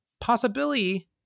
possibility